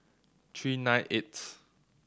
three nine eighth